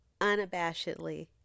unabashedly